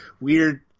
weird –